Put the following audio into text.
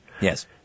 Yes